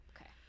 okay